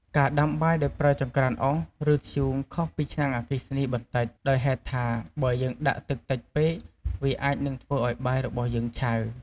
ការដាំបាយដោយប្រើចង្រ្កានអុស ឬ ធ្យូងខុសពីឆ្នាំងអគ្គិសនីបន្តិច ដោយហេតុថា បើយើងដាក់ទឹកតិចពេក វាអាចនឹងធ្វើឱ្យបាយរបស់យើងឆៅ។